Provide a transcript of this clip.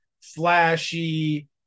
Flashy